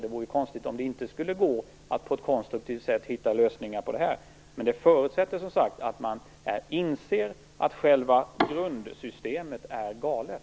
Det vore konstigt om det inte skulle gå att på ett konstruktivt sätt hitta lösningar på detta. Men det förutsätter som sagt att man inser att själva grundsystemet är galet.